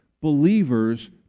believers